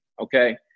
okay